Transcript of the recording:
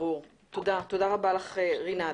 תודה רבה לך, רינת.